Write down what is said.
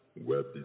web